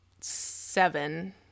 seven